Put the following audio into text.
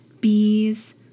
bees